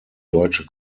deutsche